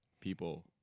people